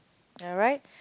alright